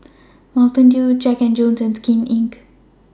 Mountain Dew Jack and Jones and Skin Inc